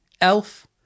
Elf